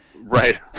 Right